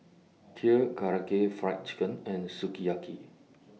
Kheer Karaage Fried Chicken and Sukiyaki